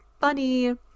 funny